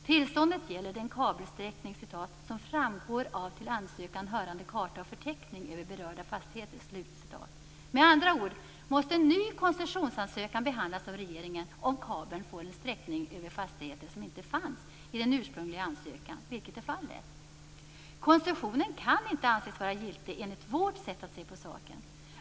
Tillståndet gäller den kabelsträckning "som framgår av till ansökan hörande karta och förteckning över berörda fastigheter". Med andra ord måste en ny koncessionsansökan behandlas av regeringen om kabeln får en sträckning över fastigheter som inte fanns i den ursprungliga ansökan, vilket är fallet. Koncessionen kan inte anses vara giltig, enligt vårt sätt att se på saken.